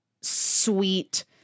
sweet